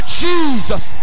jesus